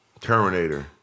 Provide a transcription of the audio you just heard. Terminator